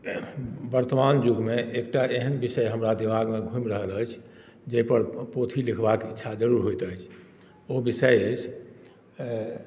वर्तमान युगमे एकटा एहन विषय हमरा दिमागमे घूमि रहल अछि जाहिपर पोथी लिखबाक इच्छा जरूर होइत अछि ओ विषय अछि